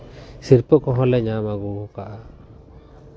ᱥᱤᱨᱯᱟᱹ ᱠᱚᱦᱚᱸ ᱞᱮ ᱧᱟᱢ ᱟᱹᱜᱩ ᱟᱠᱟᱫᱟ